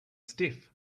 stiff